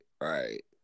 Right